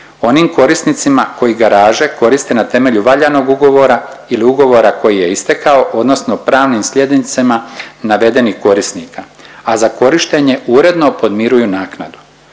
onim korisnicima koji garaže koriste na temelju valjanog ugovora ili ugovora koji je istekao odnosno pravnim slijednicima navedenih korisnika, a za korištenje uredno podmiruju naknadu.